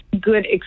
good